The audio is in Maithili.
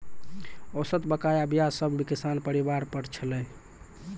औसत बकाया ब्याज सब किसान परिवार पर छलै